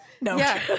No